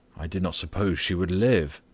i did not suppose she would live.